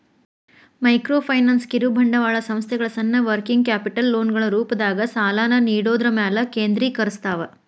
microfinance ಕಿರುಬಂಡವಾಳ ಸಂಸ್ಥೆಗಳ ಸಣ್ಣ ವರ್ಕಿಂಗ್ ಕ್ಯಾಪಿಟಲ್ ಲೋನ್ಗಳ ರೂಪದಾಗ ಸಾಲನ ನೇಡೋದ್ರ ಮ್ಯಾಲೆ ಕೇಂದ್ರೇಕರಸ್ತವ